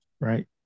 right